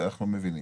אנחנו מבינים.